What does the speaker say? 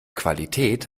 qualität